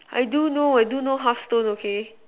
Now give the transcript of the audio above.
I do know I do know hearthstone okay